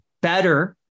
better